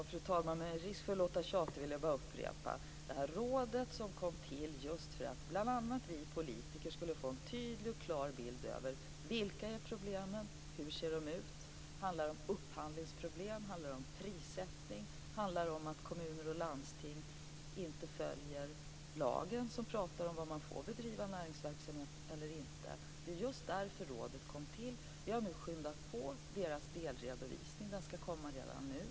Fru talman! Med risk för att låta tjatig vill jag upprepa: Det råd som har inrättats kom till just för att bl.a. vi politiker skulle få en tydlig och klar bild av vilka problemen är, hur de ser ut, om det handlar om upphandlingsproblem eller prissättning, om kommuner och landsting inte följer lagen som säger var man får bedriva näringsverksamhet och inte. Det är just därför rådet har kommit till. Vi har nu skyndat på rådets delredovisning, som skall komma redan nu.